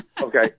Okay